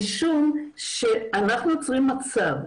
משום שאנחנו יוצרים מצב,